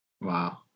Wow